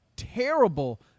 Terrible